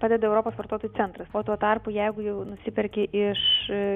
padeda europos vartotojų centras o tuo tarpu jeigu jau nusiperki iš